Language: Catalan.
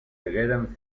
hagueren